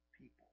people